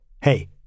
Hey